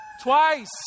Twice